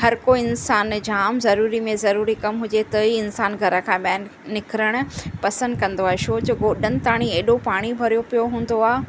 हर कोई इंसानु जाम ज़रूरी में ज़रूरी कमु हुजे त ई इंसानु घर खां ॿाहिरि निकिरणु पसंदि कंदो आहे छो जो गोॾनि एॾो पाणी भरियो पियो हूंदो आहे